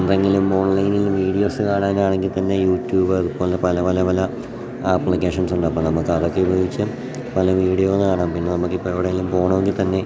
എന്തെങ്കിലും ഓൺലൈനിൽ വീഡിയോസ് കാണാനാണെങ്കിൽ തന്നെ യൂട്യൂബ് അതു പോലെ തന്നെ പല പല പല ആപ്ലിക്കേഷൻസുണ്ടപ്പോൾ നമു ക്കതൊക്കെ ഉപയോഗിച്ച് പല വീഡിയോ കാണാം പിന്നെ നമുക്കിപ്പോൾ എവിടെയെങ്കിലും പോകണമെങ്കിൽ തന്നെ